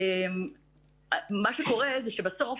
בסוף,